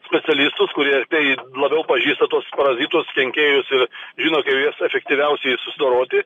specialistus kurie ir labiau pažįsta tuos parazitus kenkėjus ir žino kaip juos efektyviausiai susidoroti